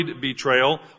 betrayal